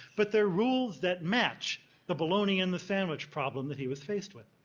but the rules that matched the baloney and the sandwich problem that he was faced with.